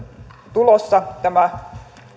tulossa tämä